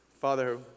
Father